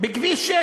בכביש 6,